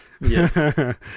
yes